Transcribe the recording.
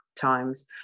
times